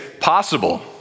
possible